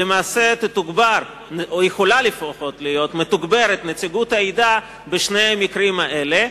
נציגות הוועדה יכולה להיות מתוגברת בשני המקרים האלה.